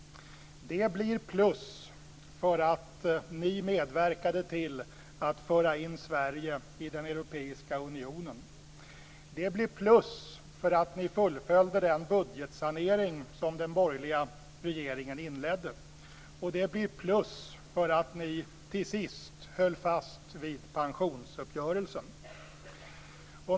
Det blir plus för att ni medverkade till att föra in Sverige i den europeiska unionen, det blir plus för att ni fullföljde den budgetsanering som den borgerliga regeringen inledde, och det blir plus för att ni till sist höll fast vid pensionsuppgörelsen.